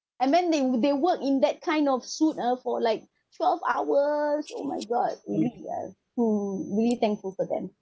and then they they work in that kind of suit ah for like twelve hours oh my god really thank~ hmm really thankful for them